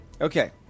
Okay